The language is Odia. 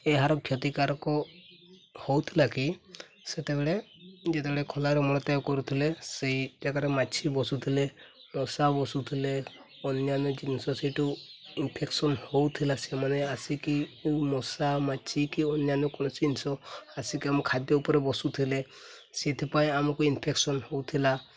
ଏହାର କ୍ଷତିକାରକ ହଉଥିଲା କି ସେତେବେଳେ ଯେତେବେଳେ ଖୋଲାରେ ମଳତ୍ୟାଗ କରୁଥିଲେ ସେଇ ଜାଗାରେ ମାଛି ବସୁଥିଲେ ମଶା ବସୁଥିଲେ ଅନ୍ୟାନ୍ୟ ଜିନିଷ ସେଠୁ ଇନଫେକ୍ସନ୍ ହେଉଥିଲା ସେମାନେ ଆସିକି ମଶା ମାଛି କି ଅନ୍ୟାନ୍ୟ କୌଣସି ଜିନିଷ ଆସିକି ଆମ ଖାଦ୍ୟ ଉପରେ ବସୁଥିଲେ ସେଥିପାଇଁ ଆମକୁ ଇନ୍ଫେକ୍ସନ୍ ହେଉଥିଲା